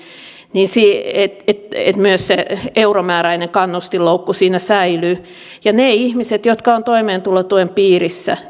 niin myös se euromääräinen kannustinloukku siinä säilyy ja niiden ihmisten toiminnassa jotka ovat toimeentulotuen piirissä